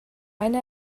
eine